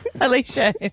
Alicia